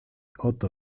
oto